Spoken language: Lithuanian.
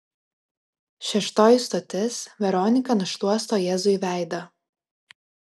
šeštoji stotis veronika nušluosto jėzui veidą